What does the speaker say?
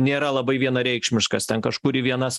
nėra labai vienareikšmiškas ten kažkur vienas